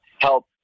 help